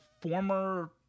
former